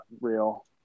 real